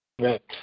Right